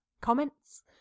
Comments